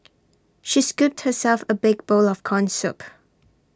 she scooped herself A big bowl of Corn Soup